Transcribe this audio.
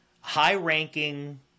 high-ranking